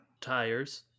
tires